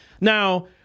Now